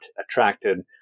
attracted